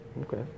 okay